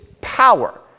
power